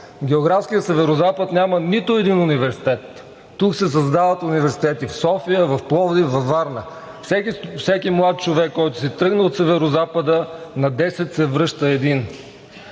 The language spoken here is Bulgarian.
В географския Северозапад няма нито един университет. Тук се създават университети – в София, в Пловдив, във Варна. От всеки млад човек, който си тръгне от Северозапада, на 10 се връща един.